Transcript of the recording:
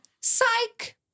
psych